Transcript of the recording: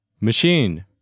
machine